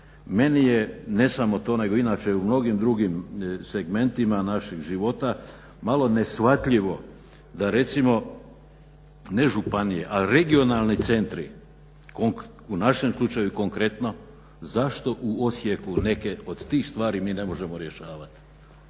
Meni je ne samo to nego inače u mnogim drugim segmentima našeg života malo neshvatljivo da recimo ne županije ali regionalni centri u našem slučaju konkretno zašto u Osijeku neke od tih stvari mi ne možemo rješavati.